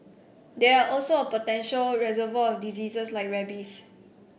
they are also a potential reservoir of disease like rabies